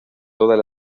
todas